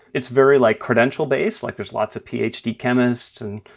it's very, like, credential-based, like there's lots of ph d chemists and